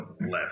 left